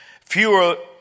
fewer